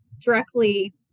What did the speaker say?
directly